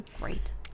great